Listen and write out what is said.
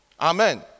Amen